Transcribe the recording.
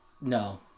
no